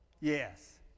Yes